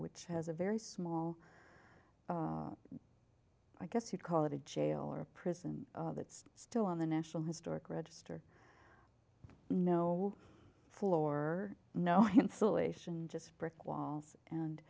which has a very small i guess you'd call it a jail or prison that's still on the national historic register no floor no insulation just brick walls and